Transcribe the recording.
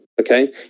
Okay